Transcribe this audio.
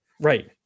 right